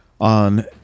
on